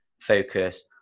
focus